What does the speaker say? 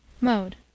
Mode